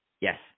yes